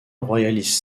royaliste